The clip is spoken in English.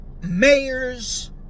mayors